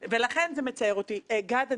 יצאו ממנה הרבה מאוד נושאים.